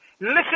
Listen